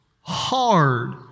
hard